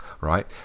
right